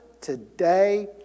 today